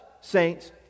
saints